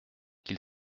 qu’il